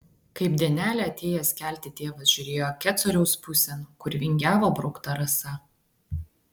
kaip dienelė atėjęs kelti tėvas žiūrėjo kecoriaus pusėn kur vingiavo braukta rasa